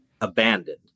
abandoned